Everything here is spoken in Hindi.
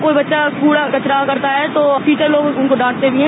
कोई बच्चा कूड़ा कचरा करता है तो टीचर लोग उनको डांटते भी हैं